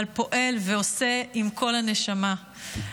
אבל פועל ועושה עם כל הנשמה,